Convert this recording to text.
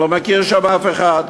הוא לא מכיר שם אף אחד.